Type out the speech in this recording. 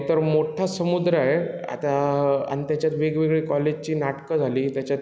हे तर मोठा समुद्र आहे आता आणि त्याच्यात वेगवेगळे कॉलेजची नाटकं झाली त्याच्यात